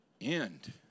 end